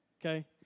Okay